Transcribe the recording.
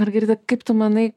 margarita kaip tu manai